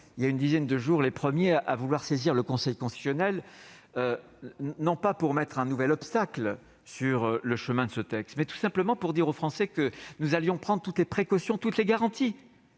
voilà une dizaine de jours, à annoncer que nous saisirions le Conseil constitutionnel, non pas pour dresser un nouvel obstacle sur le chemin de ce texte, mais tout simplement pour indiquer aux Français que nous allions prendre toutes les précautions, toutes les garanties